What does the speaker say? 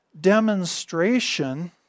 demonstration